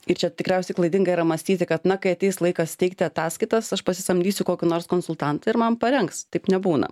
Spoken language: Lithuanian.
ir čia tikriausiai klaidinga yra mąstyti kad na kai ateis laikas teikti ataskaitas aš pasisamdysiu kokį nors konsultantą ir man parengs taip nebūna